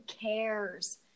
cares